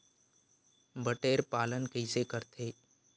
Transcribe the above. बटेर पालन कइसे करथे?